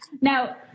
Now